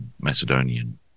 Macedonian